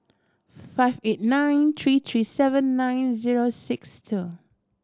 five eight nine three three seven nine zero six two